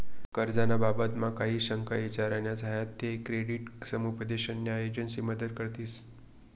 कर्ज ना बाबतमा काही शंका ईचार न्या झायात ते क्रेडिट समुपदेशन न्या एजंसी मदत करतीस